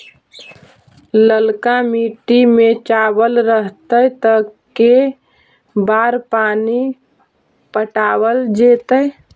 ललका मिट्टी में चावल रहतै त के बार पानी पटावल जेतै?